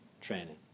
training